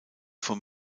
vom